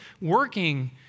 working